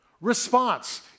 Response